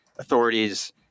authorities